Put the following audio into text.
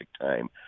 time